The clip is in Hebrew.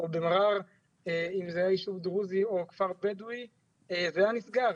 אם זה היה ישוב דרוזי או כפר בדואי זה היה נסגר.